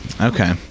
okay